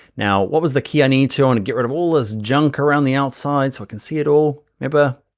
now what was the key i needed to i wanna get rid of all this junk around the outside so i can see it all? remember?